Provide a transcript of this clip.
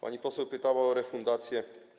Pani poseł pytała o refundację.